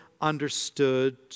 understood